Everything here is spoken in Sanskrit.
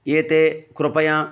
एते कृपया